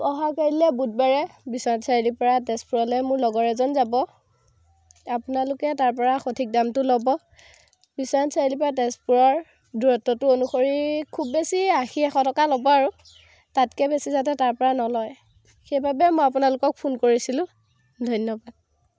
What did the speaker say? অহা কাইলৈ বুধবাৰে বিশ্বনাথ চাৰিআলিৰ পৰা তেজপুৰলৈ মোৰ লগৰ এজন যাব আপোনালোকে তাৰ পৰা সঠিক দামটো ল'ব বিশ্বনাথ চাৰিআলিৰ পৰা তেজপুৰৰ দূৰত্বটো অনুসৰি খুব বেছি আশী এশ টকা ল'ব আৰু তাতকৈ বেছি যাতে তাৰ পৰা নলয় সেইবাবে মই আপোনালোকক ফোন কৰিছিলোঁ ধন্যবাদ